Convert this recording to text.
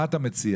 מה אתה מציע?